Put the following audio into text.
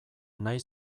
nahi